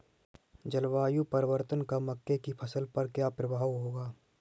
जलवायु परिवर्तन का मक्के की फसल पर क्या प्रभाव होगा?